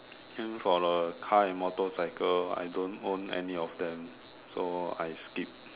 and for the car or motorcycle I don't own any of them so I skip